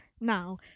Now